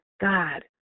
God